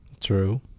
True